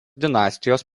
dinastijos